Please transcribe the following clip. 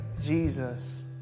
Jesus